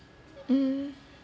um